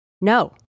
No